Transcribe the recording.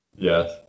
yes